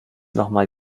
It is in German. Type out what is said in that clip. nochmal